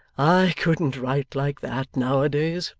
i couldn't write like that, now-a-days.